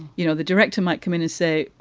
you know, the director might come in and say,